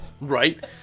right